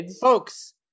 folks